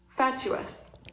Fatuous